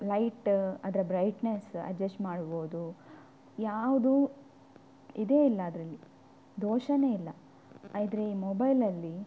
light ಅದರ brightness adjust ಮಾಡ್ಬೋದು ಯಾವುದೂ ಇದೇ ಇಲ್ಲ ಅದರಲ್ಲಿ ದೋಷಾನೇ ಇಲ್ಲ ಆದರೆ ಈ ಮೊಬೈಲಲ್ಲಿ